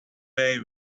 way